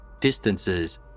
distances